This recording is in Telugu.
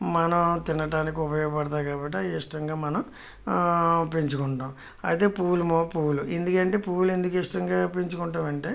మనం తినడానికి ఉపయోగపడతాయి కాబట్టి అవి ఇష్టంగా మనం పెంచుకుంటాం అయితే పూలు పూలు ఎందుకంటే పూవులు ఎందుకు ఇష్టంగా పెంచుకుంటాం అంటే